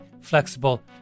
flexible